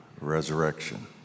resurrection